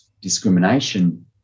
discrimination